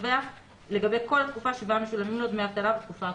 הקובע לגבי כל התקופה שבה משולמים לו דמי אבטלה בתקופה הקרובה."